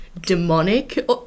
demonic